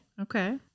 Okay